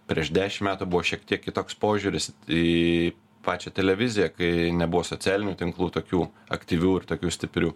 prieš dešim metų buvo šiek tiek kitoks požiūris į pačią televiziją kai nebuvo socialinių tinklų tokių aktyvių ir tokių stiprių